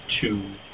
two